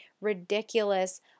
ridiculous